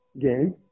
game